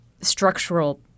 structural